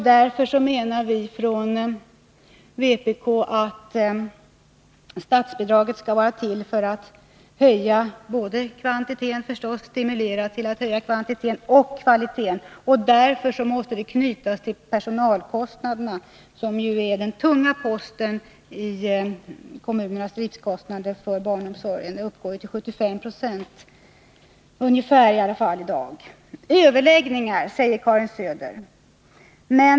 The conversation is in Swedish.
Därför menar vpk att statsbidraget skall vara till för att stimulera till att höja både kvantiteten och kvaliteten. Därför måste det knytas till personalkostnaderna, som ju är den tunga posten i kommunernas driftkostnader för barnomsorgen. Den uppgår i dag till ungefär 75 96 av driftkostnaden. ”Överläggningar”, talar Karin Söder om.